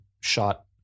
shot